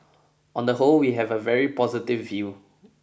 on the whole we have a very positive view